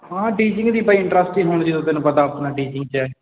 ਹਾਂ ਟੀਚਿੰਗ ਦੀ ਬਈ ਇੰਟਰਸਟ ਹੀ ਹੁਣ ਜਦੋਂ ਤੈਨੂੰ ਪਤਾ ਆਪਣਾ ਟੀਚਿੰਗ 'ਚ ਹੈ